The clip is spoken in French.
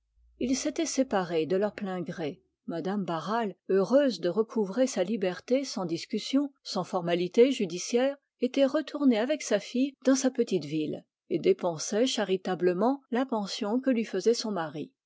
ils s'étaient séparés de leur plein gré mme barral heureuse de recouvrer sa liberté sans discussions sans formalités judiciaires était retournée avec sa fille dans sa petite ville et dépensait charitablement la pension que lui faisait son mari